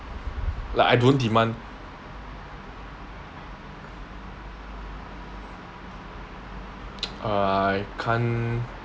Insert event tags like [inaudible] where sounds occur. like I don't demand [noise] err I can't